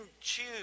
choose